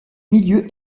milieu